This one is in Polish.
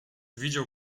widział